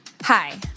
Hi